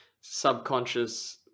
subconscious